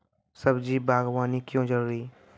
सब्जी बागवानी क्यो जरूरी?